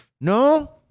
no